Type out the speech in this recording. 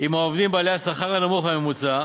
עם העובדים בעלי השכר הנמוך והממוצע,